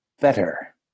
better